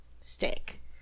stick